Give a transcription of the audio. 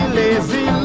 lazy